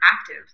active